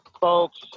folks